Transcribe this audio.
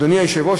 אדוני היושב-ראש,